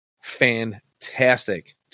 fantastic